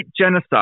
genocide